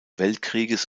weltkrieges